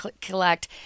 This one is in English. collect